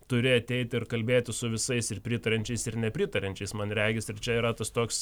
turi ateit ir kalbėtis su visais ir pritariančiais ir nepritariančiais man regis ir čia yra tas toks